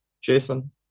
Jason